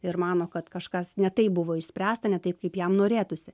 ir mano kad kažkas ne taip buvo išspręsta ne taip kaip jam norėtųsi